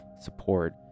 support